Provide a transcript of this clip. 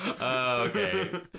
Okay